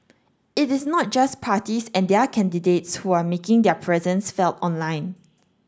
it is not just parties and their candidates who are making their presence felt online